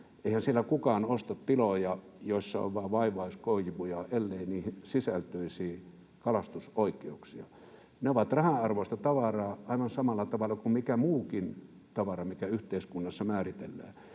Eihän siellä kukaan osta tiloja, joissa on vain vaivaiskoivuja, ellei niihin sisältyisi kalastusoikeuksia. Ne ovat rahanarvoista tavaraa aivan samalla tavalla kuin kaikki muukin tavara, mikä yhteiskunnassa määritellään.